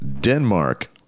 Denmark